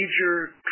major